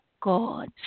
God